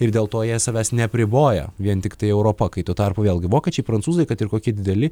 ir dėl to jie savęs neapriboja vien tiktai europa kai tuo tarpu vėlgi vokiečiai prancūzai kad ir kokie dideli